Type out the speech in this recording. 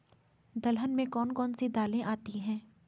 दलहन में कौन कौन सी दालें आती हैं?